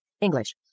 English